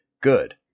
good